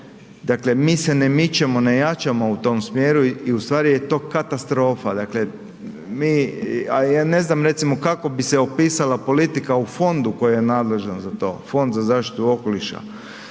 dakle mi se ne mičemo, ne jačamo u tom smjeru i u stvari je to katastrofa, dakle mi, a ja ne znam recimo kako bi se opisala politika u fondu koji je nadležan za to, Fond za zaštitu okoliša,